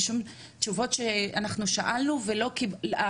בשום תשובות שאנחנו שאלנו ולא קיבלנו.